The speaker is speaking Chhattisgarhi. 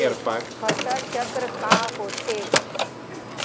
फसल चक्र का होथे?